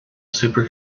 super